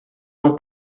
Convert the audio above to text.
não